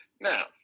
now